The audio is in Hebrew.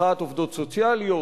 מחאת עובדות סוציאליות.